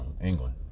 England